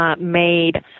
Made